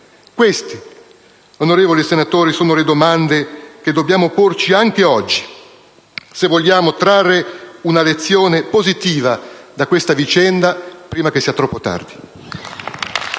Queste, onorevoli senatori, sono le domande che dobbiamo porci anche oggi, se vogliamo trarre una lezione positiva da questa vicenda prima che sia troppo tardi.